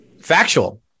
Factual